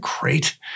great